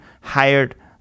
hired